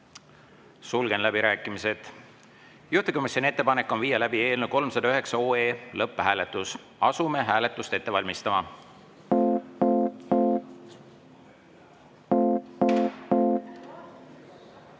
Sulgen läbirääkimised. Juhtivkomisjoni ettepanek on viia läbi eelnõu 309 lõpphääletus. Asume hääletust ette valmistama. Head